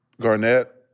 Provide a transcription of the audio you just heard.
Garnett